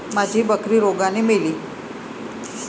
माझी बकरी रोगाने मेली